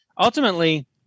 ultimately